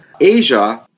Asia